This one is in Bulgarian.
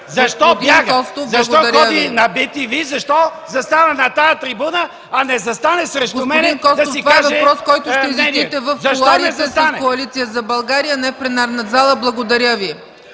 Защо бяга? Защо ходи в bТV, защо застава на тази трибуна, а не застане срещу мен да си каже мнението? Защо не застане?